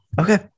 Okay